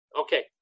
okay